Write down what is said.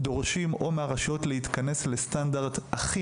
דורשים או מהרשויות להתכנס לסטנדרט הכי